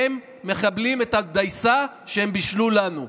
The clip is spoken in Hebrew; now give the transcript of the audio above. הם מקבלים את הדייסה שהם בישלו לנו.